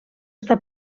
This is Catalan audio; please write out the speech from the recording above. està